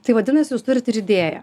tai vadinasi jūs turit ir idėją